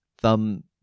Thumb